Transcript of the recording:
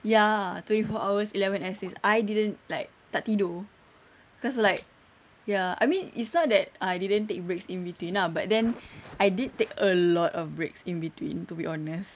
ya twenty four hours eleven essays I didn't like tak tidur cause like ya I mean it's not that I didn't take breaks in between ah but then I did take a lot of breaks in between to be honest